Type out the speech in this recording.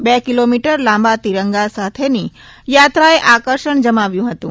બે કીલોમીટર લાંબા તીરંગા સાથેની પાત્રાએ આકર્ષણ જમાવ્યું હતું